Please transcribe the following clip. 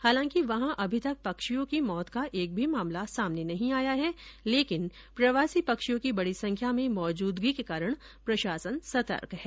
हालांकि वहां अभी तक पक्षियों की मौत का एक भी मामला सामने नहीं आया है लेकिन प्रवासी पक्षियों की बड़ी संख्या में मौजूदगी के कारण प्रशासन सतर्क है